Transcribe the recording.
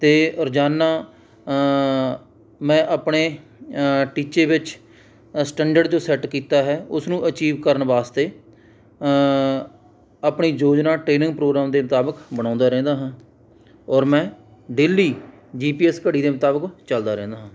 ਅਤੇ ਰੋਜ਼ਾਨਾ ਮੈਂ ਆਪਣੇ ਟੀਚੇ ਵਿੱਚ ਅਸਟੈਂਡਰਡ ਜੋ ਸੈੱਟ ਕੀਤਾ ਹੈ ਉਸਨੂੰ ਅਚੀਵ ਕਰਨ ਵਾਸਤੇ ਆਪਣੀ ਯੋਜਨਾ ਟ੍ਰੇਨਿੰਗ ਪ੍ਰੋਗਰਾਮ ਦੇ ਮੁਤਾਬਿਕ ਬਣਾਉਂਦਾ ਰਹਿੰਦਾ ਹਾਂ ਔਰ ਮੈਂ ਡੇਲੀ ਜੀ ਪੀ ਐੱਸ ਘੜੀ ਦੇ ਮੁਤਾਬਿਕ ਚੱਲਦਾ ਰਹਿੰਦਾ ਹਾਂ